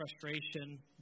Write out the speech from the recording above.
frustration